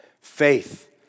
Faith